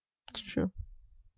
that's true